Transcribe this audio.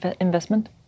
investment